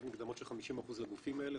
לתת מקדמות של 50% לגופים האלה,